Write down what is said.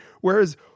Whereas